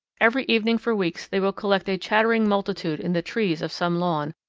every evening for weeks they will collect a chattering multitude in the trees of some lawn,